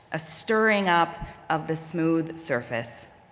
a stirring up of the smooth surface,